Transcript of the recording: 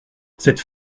cette